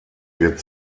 wird